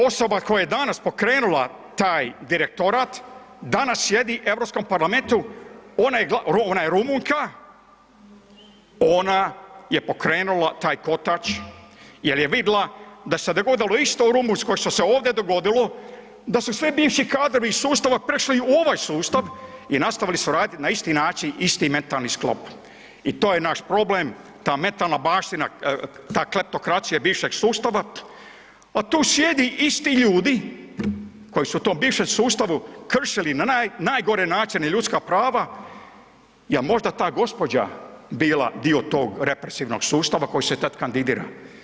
Osoba koja je danas pokrenula taj direktorat danas sjedi u Europskom parlamentu, ona je Rumunjka, ona je pokrenula taj kotač jel je vidjela da se dogodilo isto u Rumunjskoj što se ovdje dogodilo da su sve bivši kadrovi iz sustava prešli u ovaj sustav i nastavili su raditi na isti način isti mentalni sklop i to je naš problem, ta mentalna baština, ta kleptokracija bivšeg sustava a tu sjede isti ljudi koji su u tom bivšem sustavu kršili na najgore načine ljudska prava, jel' možda ta gospođa bila dio tog represivnog sustava koji se tad kandidira?